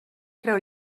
creu